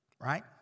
right